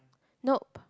nope